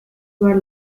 were